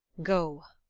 go,